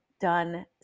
done